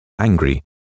angry